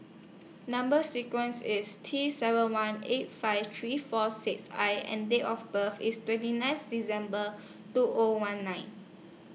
Number sequence IS T seven one eight five three four six I and Date of birth IS twenty ninth December two O one nine